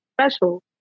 special